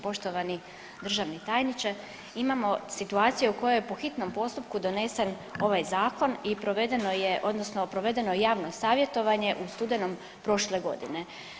Poštovani državni tajniče, imamo situacije u kojoj je po hitnom postupku donesen ovaj zakon i provedeno je odnosno provedeno je javno savjetovanje u studenom prošle godine.